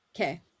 Okay